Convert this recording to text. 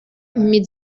mit